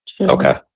okay